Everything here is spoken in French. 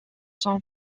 son